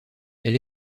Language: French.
elle